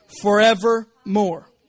forevermore